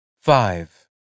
Five